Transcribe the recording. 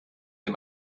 dem